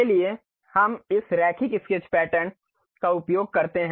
उसके लिए हम इस रैखिक स्केच पैटर्न का उपयोग करते हैं